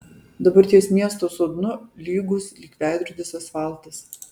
dabar ties miesto sodnu lygus lyg veidrodis asfaltas